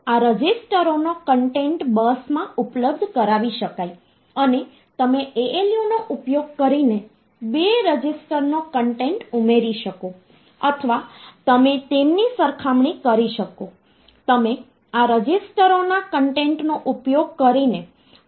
જેથી આ રજીસ્ટરોનો કન્ટેન્ટ બસમાં ઉપલબ્ધ કરાવી શકાય અને તમે ALU નો ઉપયોગ કરીને બે રજીસ્ટર નો કન્ટેન્ટ ઉમેરી શકો અથવા તમે તેમની સરખામણી કરી શકો તમે આ રજીસ્ટરોના કન્ટેન્ટનો ઉપયોગ કરીને કોઈપણ કામગીરી કરી શકો છો